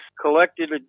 Collected